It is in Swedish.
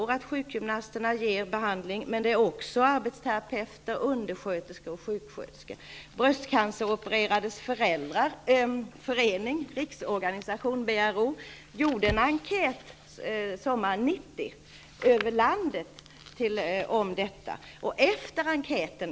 I dag ger sjukgymnasterna behandling, men det gör också arbetsterapeuter, undersköterskor och sjuksköterskor. Bröstcancerföreningarnas Riksorganisation-BRO gjorde sommaren 1990 en enkät om detta, spridd över landet.